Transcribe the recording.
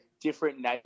different